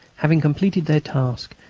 having completed their task,